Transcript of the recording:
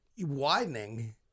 Widening